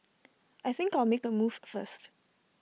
I think I'll make A move first